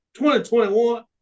2021